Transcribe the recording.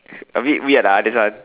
A bit weird lah this one